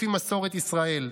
לפי מסורת ישראל.